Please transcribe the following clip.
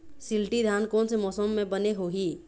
शिल्टी धान कोन से मौसम मे बने होही?